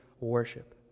worship